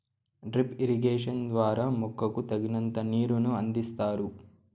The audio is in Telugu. డ్రిప్ ఇరిగేషన్ ద్వారా మొక్కకు తగినంత నీరును అందిస్తారు